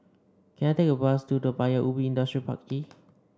can I take a bus to Paya Ubi Industrial Park E